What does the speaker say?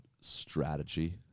strategy